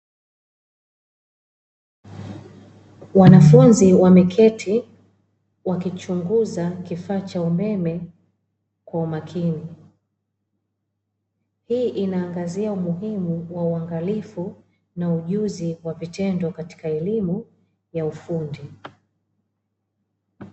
Wanafunzi wameketi wakichunguza kifaa cha umeme kwa umakini, hii inaangazia umuhimu wa uangalifu na ujuzi wa vitendo katika elimu ya ufundi.